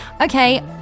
okay